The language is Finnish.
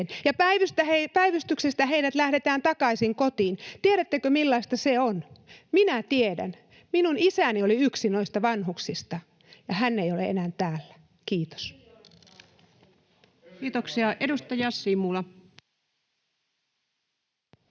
ja päivystyksestä heidät lähetetään takaisin kotiin. Tiedättekö, millaista se on? Minä tiedän, minun isäni oli yksi noista vanhuksista, ja hän ei ole enää täällä. — Kiitos. [Speech